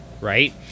right